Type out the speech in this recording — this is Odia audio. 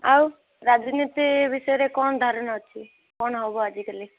ଆଉ ରାଜନୀତି ବିଷୟରେ କ'ଣ ଧାରଣା ଅଛି କ'ଣ ହେବ ଆଜିକାଲି